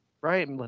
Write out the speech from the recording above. Right